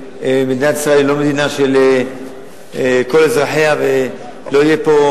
שמדינת ישראל היא לא מדינה של כל אזרחיה ולא יהיה פה